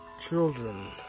children